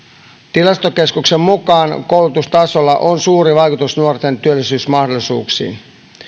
tilastokeskuksen mukaan koulutustasolla on suuri vaikutus nuorten työllisyysmahdollisuuksiin